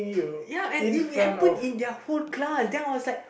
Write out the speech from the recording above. ya and it we happen in their whole class then I was like